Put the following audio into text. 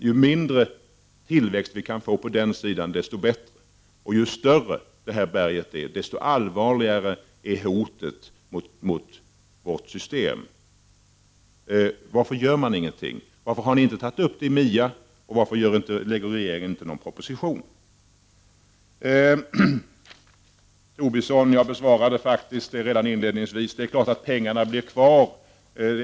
Ju mindre tillväxten är av avfallsberget, dess bättre. Ju större berget blir, desto allvarligare är hotet mot vårt system. Varför gör ni ingenting? Varför har ni inte tagit upp frågan i MIA, och varför framlägger inte regeringen en proposition? Jag besvarade faktiskt Lars Tobissons fråga i inledningen av mitt anförande. Det är klart att pengarna blir kvar.